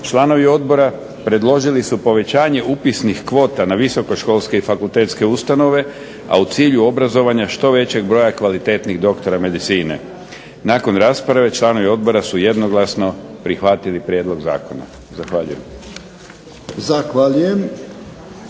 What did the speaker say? članovi odbora predložili su povećanje upisnih kvota na visoko školske i fakultetske ustanove, a u cilju obrazovanja što većeg broja kvalitetnih doktora medicine. Nakon rasprave članovi odbora su jednoglasno prihvatili prijedlog zakona. Zahvaljujem.